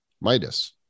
Midas